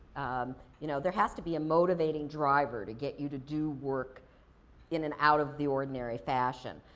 um you know, there has to be a motivating driver to get you to do work in an out of the ordinary fashion.